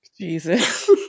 Jesus